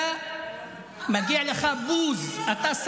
הוא אומר גם לי את זה.